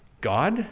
God